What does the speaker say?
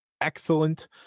excellent